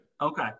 Okay